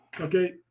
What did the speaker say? okay